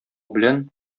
белән